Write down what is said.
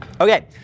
Okay